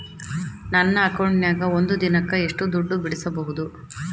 ನನ್ನ ಅಕೌಂಟಿನ್ಯಾಗ ಒಂದು ದಿನಕ್ಕ ಎಷ್ಟು ದುಡ್ಡು ಬಿಡಿಸಬಹುದು?